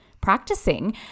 practicing